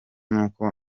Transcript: nuko